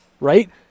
right